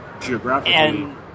geographically